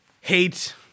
hate